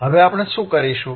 હવે આપણે શું કરીશું